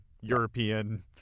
European